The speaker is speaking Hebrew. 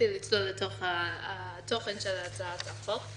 התחיל לצלול כבר לתוך התוכן של הצעת החוק.